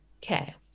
care